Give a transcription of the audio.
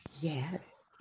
yes